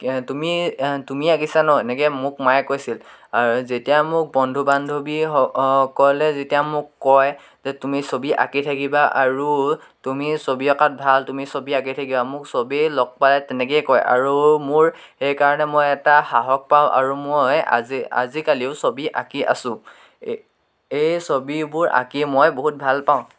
তুমি তুমি আঁকিছা ন এনেকৈ মোক মায়ে কৈছিল আৰু যেতিয়া মোক বন্ধু বান্ধৱীস সকলে যেতিয়া মোক কয় যে তুমি ছবি আঁকি থাকিবা আৰু তুমি ছবি অঁকাত ভাল তুমি ছবি আঁকি থাকিবা মোক সবেই লগ পায় তেনেকৈয়ে কয় আৰু মোৰ সেইকাৰণে মই এটা সাহস পাওঁ আৰু মই আজি আজিকালিও ছবি আঁকি আছোঁ এই এই ছবিবোৰ আঁকি মই বহুত ভাল পাওঁ